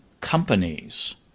companies